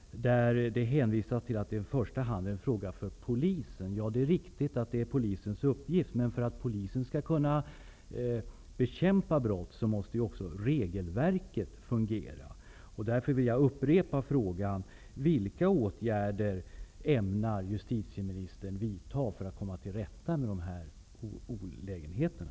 I svaret hänvisas till att detta i första hand är en fråga för polisen. Det är riktigt att det är polisens uppgift. Men för att polisen skall kunna bekämpa brott måste också regelverket fungera. Därför vill jag upprepa frågan: Vilka åtgärder ämnar justitieministern vidta för att komma till rätta med de här olägenheterna?